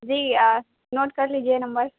جی note کر لیجیے number